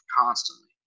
constantly